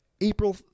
April